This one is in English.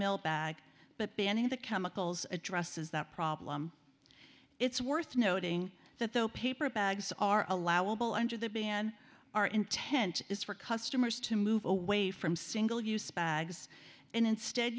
mil bag but banning the chemicals addresses that problem it's worth noting that though paper bags are allowable under the ban our intent is for customers to move away from single use bags and instead